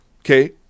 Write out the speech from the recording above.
Okay